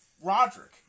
Roderick